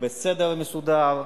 בסדר מסודר,